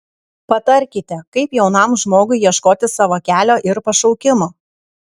patarkite kaip jaunam žmogui ieškoti savo kelio ir pašaukimo